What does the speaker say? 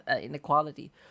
inequality